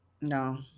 no